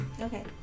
Okay